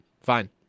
Fine